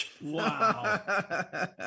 wow